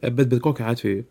bet bet kokiu atveju